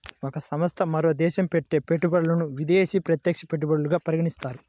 ఒక సంస్థ మరో దేశంలో పెట్టే పెట్టుబడులను విదేశీ ప్రత్యక్ష పెట్టుబడులుగా పరిగణిస్తారు